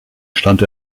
stand